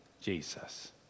Jesus